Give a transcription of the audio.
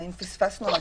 והאם פספסנו משהו.